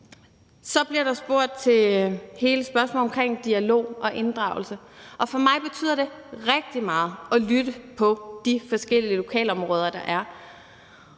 Så bliver der spurgt til hele spørgsmålet omkring dialog og inddragelse. For mig betyder det rigtig meget at lytte til de forskellige lokalområder, der er.